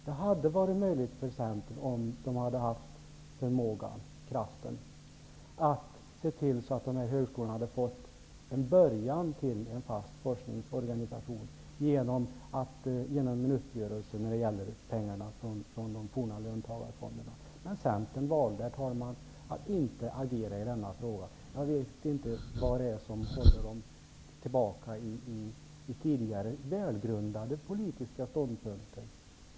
Det hade varit möjligt för Centern om de hade haft förmågan och kraften att se till att dessa högskolor hade fått en början till en fast forskningsorganisation genom en uppgörelse när det gäller pengarna från de forna löntagarfonderna. Men Centern valde, herr talman, att inte agera i denna fråga. Jag vet inte vad det är som håller dem tillbaka från tidigare välgrundade politiska ståndpunkter.